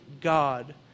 God